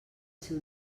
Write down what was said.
ser